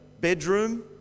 bedroom